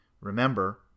Remember